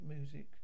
music